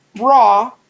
raw